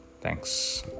Thanks